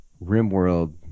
Rimworld